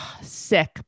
sick